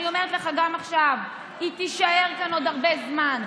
אני אומרת לך גם עכשיו: היא תישאר כאן עוד הרבה זמן,